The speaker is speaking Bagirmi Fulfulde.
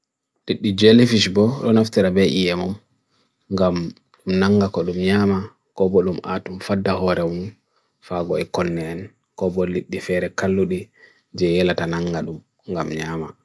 Tiddi jelly fishbo on afterabey yi yam om gam nanga kolum yama, ko bolum atum fadda horom fagwa ekon nyan, ko bolit di fere kalludi yelata nanga dum gam yama.